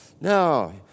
no